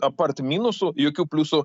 apart minusų jokių pliusų